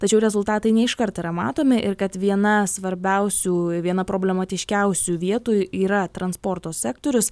tačiau rezultatai ne iškart yra matomi ir kad viena svarbiausių viena problematiškiausių vietų yra transporto sektorius